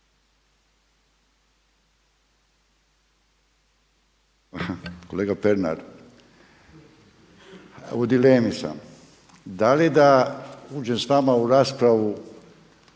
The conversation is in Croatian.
Kolega Pernar, u dilemi sam da li da uđem s vama u raspravu